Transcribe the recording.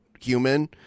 human